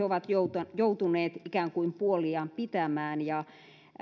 ovat jatkuvasti joutuneet ikään kuin puoliaan pitämään ja